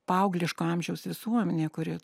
paaugliško amžiaus visuomenė kuri